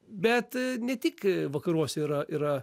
bet ne tik vakaruose yra yra